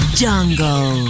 jungle